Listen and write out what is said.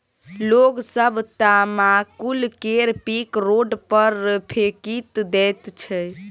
लोग सब तमाकुल केर पीक रोड पर फेकि दैत छै